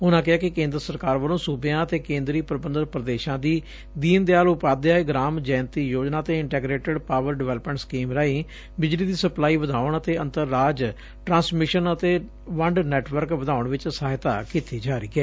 ਉਨਾਂ ਕਿਹਾ ਕਿ ਕੇਂਦਰ ਸਰਕਾਰ ਵੱਲੋਂ ਸੁਬਿਆਂ ਅਤੇ ਕੇਂਦਰੀ ਪੁਬੰਧਤ ਪੁਦੇਸਾਂ ਦੀ ਦੀਨ ਦੀਆਲ ਉਪਾਧਿਆਇ ਗੁਾਮ ਜਯੰਤੀ ਯੋਜਨਾ ਅਤੇ ਇੰਟੇਗ੍ਰੇਟਿਡ ਪਾਵਰ ਡਿਵੈਲਪੱਮੈਂਟ ਸਕੀਮ ਰਾਹੀ ਬਿਜਲੀ ਦੀ ਸਪਲਾਈ ਵਧਾਉਣ ਅਤੇ ਅੰਤਰ ਰਾਜ ਟਰਾਸ ਮਿਸ਼ਨ ਅਤੇ ਵੰਡ ਨੈਟਵਰਕ ਵਧਾਉਣ ਵਿਚ ਸਹਾਇਤਾ ਕੀਤੀ ਜਾ ਰਹੀ ਏ